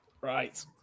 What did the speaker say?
right